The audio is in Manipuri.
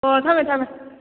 ꯍꯣꯏ ꯍꯣꯏ ꯊꯝꯃꯦ ꯊꯝꯃꯦ